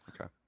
Okay